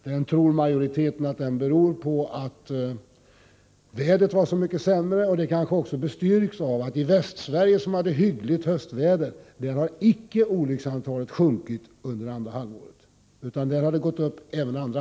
De flesta tror att det beror på att vädret var så mycket sämre, och det kanske bestyrks av att olycksfrekvensen i Västsverige, som hade hyggligt höstväder, inte har sjunkit under andra halvåret utan gått upp även då.